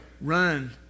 run